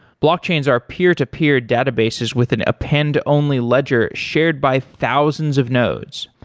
blockchains are peer-to-peer databases with an append only ledger shared by thousands of nodes.